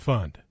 Fund